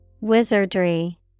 Wizardry